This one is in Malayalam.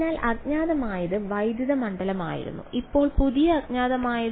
അതിനാൽ അജ്ഞാതമായത് വൈദ്യുത മണ്ഡലമായിരുന്നു ഇപ്പോൾ പുതിയ അജ്ഞാതമാണ്